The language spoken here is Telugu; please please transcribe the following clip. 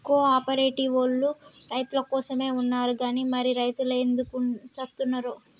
కో ఆపరేటివోల్లు రైతులకోసమే ఉన్నరు గని మరి రైతులెందుకు సత్తున్నరో